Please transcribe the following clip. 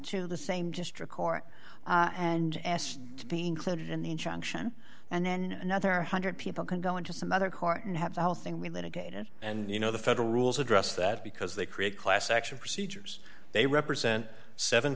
to the same district court and asked to be included in the injunction and then another one hundred people can go into some other court and have the whole thing we litigated and you know the federal rules address that because they create class action procedures they represent seven